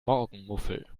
morgenmuffel